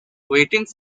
waiting